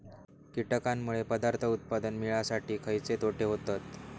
कीटकांनमुळे पदार्थ उत्पादन मिळासाठी खयचे तोटे होतत?